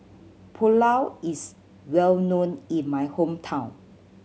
pulao is well known in my hometown